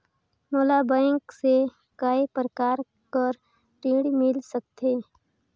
मोला बैंक से काय प्रकार कर ऋण मिल सकथे?